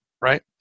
right